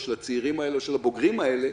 של הצעירים האלה או של הבוגרים האלה,